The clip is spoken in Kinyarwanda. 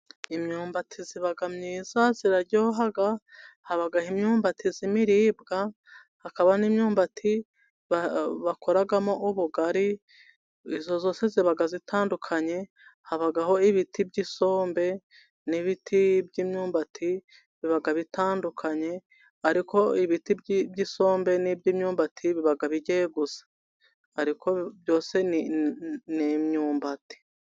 Imyumbati iba myiza, iraryoha haba imyumbati irimo imiribwa, hakaba n'imyumbati bakoramo ubugari, iyo yose iba itandukanye, habaho ibiti by'isombe n'ibiti by'imyumbati biba bitandukanye, ariko ibiti by'isombe n'iby'imyumbati biba bijya gusa, ariko byose ni imyumbati.